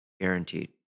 Guaranteed